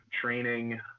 training